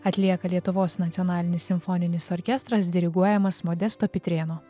atlieka lietuvos nacionalinis simfoninis orkestras diriguojamas modesto pitrėno